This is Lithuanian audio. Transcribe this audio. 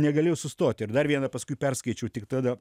negalėjau sustot ir dar vieną paskui perskaičiau tik tada